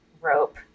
rope